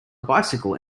bicycle